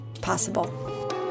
possible